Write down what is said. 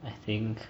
I think